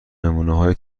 نمونههای